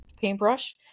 paintbrush